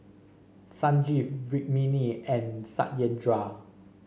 Sanjeev Rukmini and Satyendra